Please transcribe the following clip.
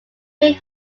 made